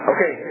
Okay